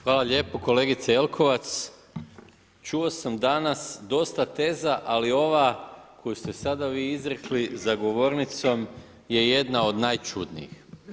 Hvala lijepo kolegice Jelkovac, čuo sam danas dosta teza, ali ova koju ste sada vi izrekli za govornicom, je jedna od najčudnijih.